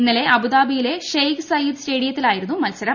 ഇന്നലെ അബുദാബിയിലെ Sheikh Zayed സ്റ്റേഡിയത്തിലായിരുന്നു മത്സരം